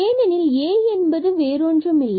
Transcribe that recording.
ஏனெனில் A என்பது வேறொன்றுமில்லை